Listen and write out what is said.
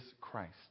Christ